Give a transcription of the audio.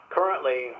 Currently